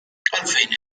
għalfejn